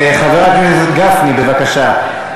חבר הכנסת משה גפני, בבקשה.